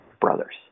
brothers